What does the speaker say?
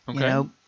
Okay